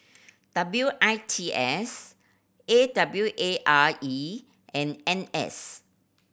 W I T S A W A R E and N S